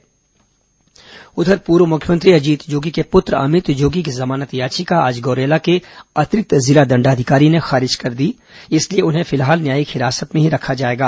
अमित जोगी याचिका खारिज उधर पूर्व मुख्यमंत्री अजीत जोगी के पुत्र अमित जोगी की जमानत याचिका आज गौरेला के अतिरिक्त जिला दंडाधिकारी ने खारिज कर दी इसलिए उन्हें फिलहाल न्यायिक हिरासत में ही रखा जाएगा